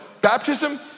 Baptism